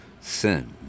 Sin